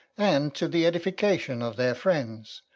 and to the edification of their friends.